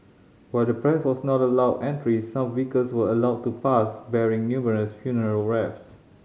while the press was not allowed entry some vehicles were allowed to pass bearing numerous funeral wreaths